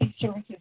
services